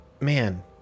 man